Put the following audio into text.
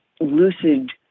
lucid